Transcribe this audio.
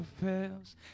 fails